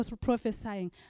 prophesying